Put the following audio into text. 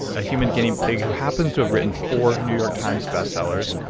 a human guinea pig who happens to have written four new york times bestsellers,